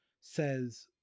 says